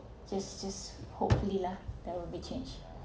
just just hopefully lah that will be changed